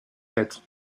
lettre